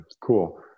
cool